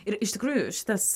ir iš tikrųjų šitas